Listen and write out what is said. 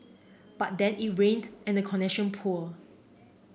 but then it rained and the connection poor